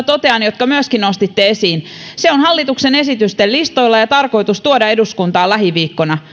totean asiakasmaksuista jotka myöskin nostitte esiin se on hallituksen esitysten listoilla ja tarkoitus tuoda eduskuntaan lähiviikkoina se